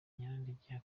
nyirandegeya